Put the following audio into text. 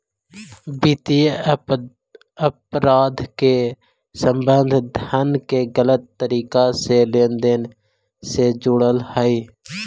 वित्तीय अपराध के संबंध धन के गलत तरीका से लेन देन से जुड़ल हइ